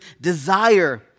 desire